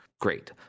great